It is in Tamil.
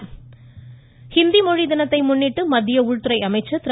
ஸ்டாலின் ஹிந்தி மொழி தினத்தை முன்னிட்டு மத்திய உள்துறை அமைச்சர் திரு